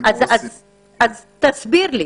תסביר לי